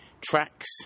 tracks